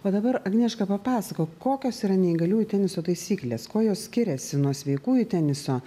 o dabar agnieška papasakok kokios yra neįgaliųjų teniso taisyklės kuo jos skiriasi nuo sveikųjų teniso